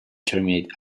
terminate